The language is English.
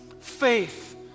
faith